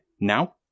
now